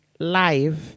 live